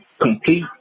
complete